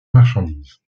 marchandises